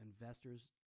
investors